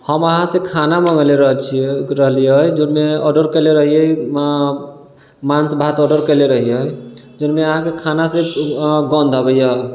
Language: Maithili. हम अहाँसँ खाना मङ्गेले रहल छियै रहलियै जाहिमे ऑर्डर केले रहिये माँस भात ऑर्डर केले रहियै जाहिमे अहाँके खानासे गन्ध अबै यऽ